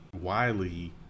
Wiley